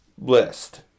list